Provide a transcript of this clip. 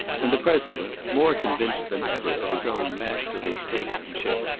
and the president, more convinced than ever of his own masterly statesmanship,